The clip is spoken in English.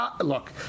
look